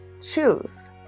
choose